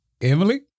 Emily